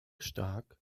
stark